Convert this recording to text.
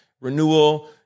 renewal